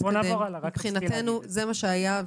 מבחינתנו זה מה שהיה,